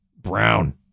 Brown